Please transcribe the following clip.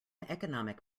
economic